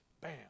Bam